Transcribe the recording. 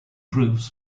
proofs